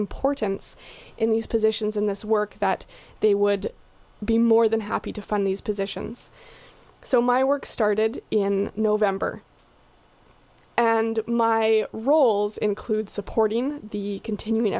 importance in these positions in this work that they would be more than happy to fund these positions so my work started in november and my roles include supporting the continuing